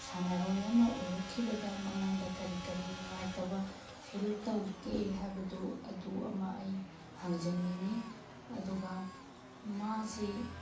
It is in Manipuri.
ꯁꯥꯟꯅꯔꯣꯏ ꯑꯃ ꯑꯣꯏꯔꯛꯈꯤꯕꯗ ꯃꯉꯣꯟꯗ ꯀꯔꯤ ꯀꯔꯤ ꯅꯨꯡꯉꯥꯏꯇꯕ ꯐꯤꯜ ꯇꯧꯒꯦ ꯍꯥꯏꯕꯗꯨ ꯑꯗꯨ ꯑꯃ ꯑꯩ ꯍꯪꯖꯅꯤꯡꯉꯤ ꯑꯗꯨꯒ ꯃꯥꯁꯤ